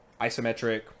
Isometric